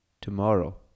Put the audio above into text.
tomorrow